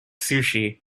sushi